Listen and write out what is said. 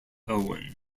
owen